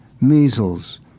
measles